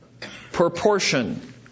Proportion